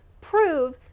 prove